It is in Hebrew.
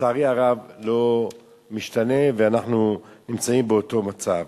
לצערי הרב, לא משתנה, ואנחנו נמצאים באותו מצב.